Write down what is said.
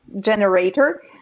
generator